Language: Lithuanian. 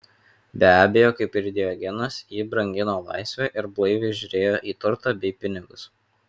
be abejo kaip ir diogenas ji brangino laisvę ir blaiviai žiūrėjo į turtą bei pinigus